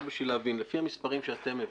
רק בשביל להבין לפי המספרים שאתם הבאתם,